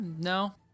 no